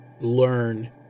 learn